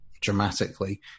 dramatically